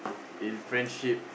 in friendship